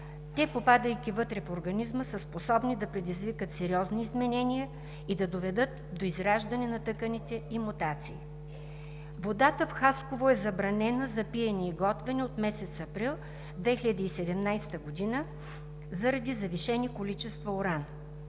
те попадайки вътре в организма, са способни да предизвикат сериозни изменения и да доведат до израждане на тъканите и мутации. Водата в Хасково е забранена за пиене и готвене от месец април 2017 г. заради завишени количества уран.